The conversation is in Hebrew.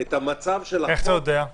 את המצב של החוק --- איך אתה יודע?